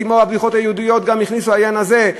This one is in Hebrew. וכמו בבדיחות היהודיות גם הכניסו העניין הזה,